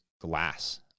glass